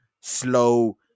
slow